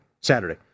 Saturday